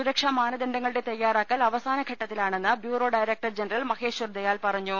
സുരക്ഷാ മാനദണ്ഡങ്ങളുടെ തയ്യാറാക്കൽ അവ സാ ന ഘ ട്ട ത്തി ലാ ണെന്ന് bureau director general Maheshwar Dayal പറഞ്ഞു